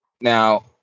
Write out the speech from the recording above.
now